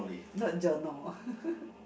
not